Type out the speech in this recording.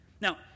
Now